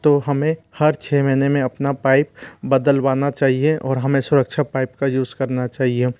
तो हमें हर छः महीने में अपना पाइप बदलवाना चाहिए और हमें सुरक्षा पाइप का यूज़ करना चाहिए